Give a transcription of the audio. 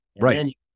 Right